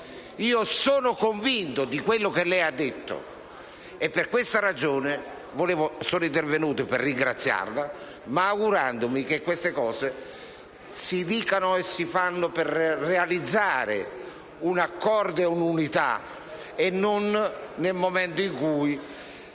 Io sono convinto di quello che lei ha detto e, per questa ragione, sono intervenuto per ringraziarla, augurandomi che queste cose si dicano e si facciano per realizzare un accordo e un'unità e non nel momento in cui